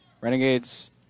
Renegades